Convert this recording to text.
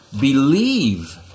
believe